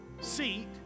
seat